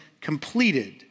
completed